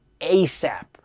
ASAP